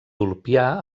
ulpià